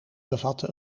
bevatte